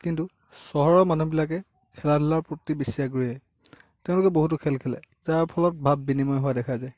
কিন্তু চহৰৰ মানুহবিলাকে খেলা ধূলাৰ প্ৰতি বেছি আগ্ৰহী তেওঁলোকে বহুতো খেল খেলে যাৰ ফলত ভাব বিনিময় হোৱা দেখা যায়